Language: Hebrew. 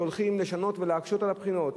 שהולכים לשנות ולהקשות את הבחינות.